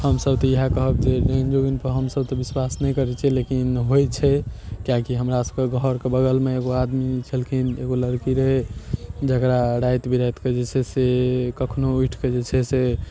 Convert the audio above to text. हमसब तऽ इएह कहब जे डायन जोगिनपर हमसब तऽ विश्वास नहि करै छियै लेकिन होइ छै किएक कि हमरा सबके घरके बगलमे एगो आदमी छलखिन एगो लड़की रहै जकरा राति बिरातिके जे छै से कखनो उठि कऽ जाइ छै से